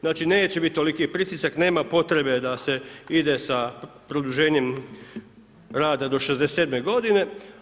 Znači neće biti toliki pritisak, nema potrebe da se ide sa produženjem rada do 67 godine.